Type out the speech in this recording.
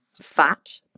fat